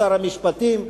שר המשפטים,